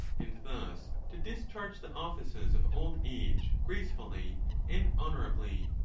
and thus to discharge the offices of old age gracefully and honourably.